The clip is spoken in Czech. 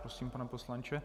Prosím, pane poslanče.